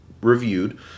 reviewed